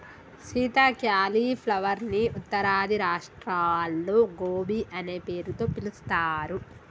Sita cauliflower ని ఉత్తరాది రాష్ట్రాల్లో గోబీ అనే పేరుతో పిలుస్తారు